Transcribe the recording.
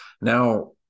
now